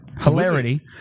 hilarity